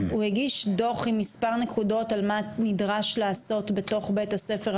הוא הגיש דוח עם מס' נקודות על מה נדרש לעשות בתוך בית הספר,